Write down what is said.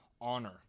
honor